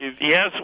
Yes